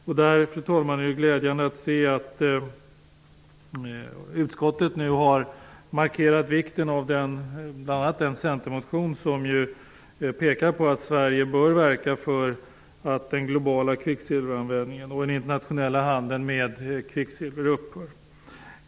Det är glädjande att se att utskottet nu har markerat vikten av bl.a. den centermotion där man pekar på att Sverige bör verka för att den globala kvicksilveranvändningen och den internationella handeln med kvicksilver upphör.